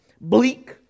bleak